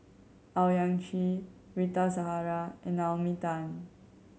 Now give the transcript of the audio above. Owyang Chi Rita Zahara and Naomi Tan